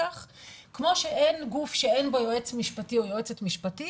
כמו שאין גוף שאין בו יועץ משפטי או יועצת משפטית,